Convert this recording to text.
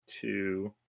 two